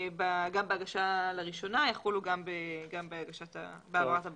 גם בהגשה לראשונה, יחולו גם בהעברת הבעלות.